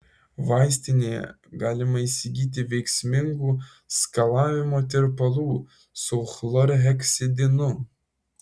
vaistinėje galima įsigyti veiksmingų skalavimo tirpalų su chlorheksidinu